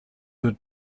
would